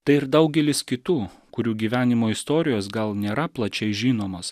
tai ir daugelis kitų kurių gyvenimo istorijos gal nėra plačiai žinomos